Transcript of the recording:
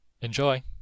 Enjoy